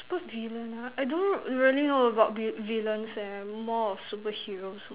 super villain ah I don't really know about vi~ villains eh more of superheroes